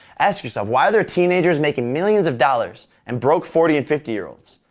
ask yourself, why are there teenagers making millions of dollars and broke forty and fifty year olds.